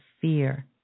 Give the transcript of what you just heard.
fear